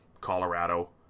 Colorado